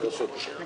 אני